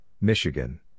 Michigan